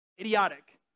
idiotic